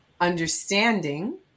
Understanding